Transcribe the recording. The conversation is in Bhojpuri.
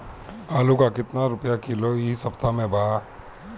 आलू का कितना रुपया किलो इह सपतह में बा?